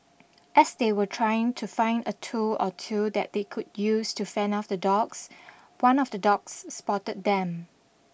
as they were trying to find a tool or two that they could use to fend off the dogs one of the dogs spotted them